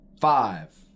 five